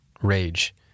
Rage